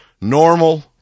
normal